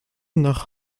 nach